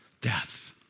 death